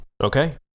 okay